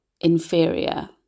inferior